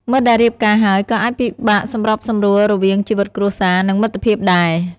មិត្តដែលរៀបការហើយក៏អាចពិបាកសម្របសម្រួលរវាងជីវិតគ្រួសារ និងមិត្តភាពដែរ។